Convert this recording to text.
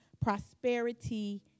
prosperity